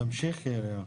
תמשיכי רעות.